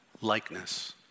likeness